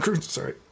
sorry